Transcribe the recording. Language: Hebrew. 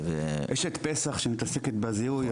יש את פס"ח שמתעסקת בזיהוי,